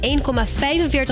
1,45